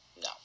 No